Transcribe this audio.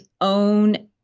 own